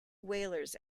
whalers